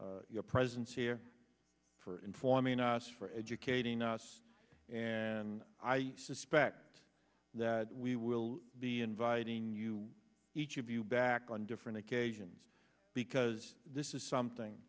for your presence here for informing us for educating us and i suspect that we will be inviting you each of you back on different occasions because this is something